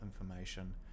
information